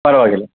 ಪರವಾಗಿಲ್ಲ